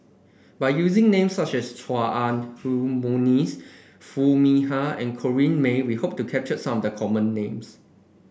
by using names such as Chua Ah Huwa Monica Foo Mee Har and Corrinne May we hope to capture some of the common names